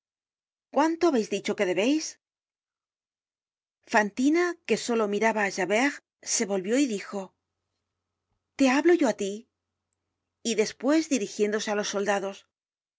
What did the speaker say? cuánto habeis dicho que debeis fantina que solo miraba á javert se volvió y dijo content from google book search generated at te hablo yo á tí y despues dirigiéndose á los soldados